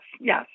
yes